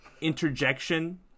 Interjection